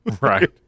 Right